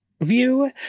view